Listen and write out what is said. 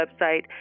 website